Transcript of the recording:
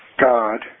God